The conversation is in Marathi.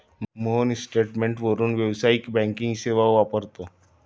मोहन इंटरनेटवरून व्यावसायिक बँकिंग सेवा वापरतो